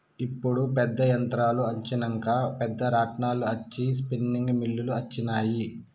ఇప్పుడు పెద్ద యంత్రాలు అచ్చినంక పెద్ద రాట్నాలు అచ్చి స్పిన్నింగ్ మిల్లులు అచ్చినాయి